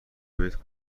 بهت